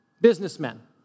businessmen